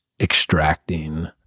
extracting